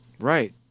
Right